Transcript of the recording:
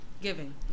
Giving